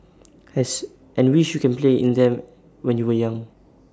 as and wish you can play in them when you were young